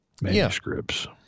manuscripts